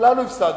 כולנו הפסדנו.